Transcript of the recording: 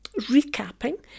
recapping